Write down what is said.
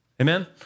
Amen